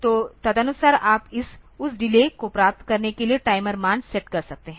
तो तदनुसार आप उस डिले को प्राप्त करने के लिए टाइमर मान सेट कर सकते हैं